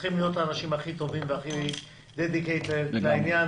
צריכים להיות האנשים הכי טובים והכי מסורים לעניין